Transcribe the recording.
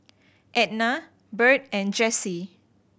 Etna Byrd and Jessee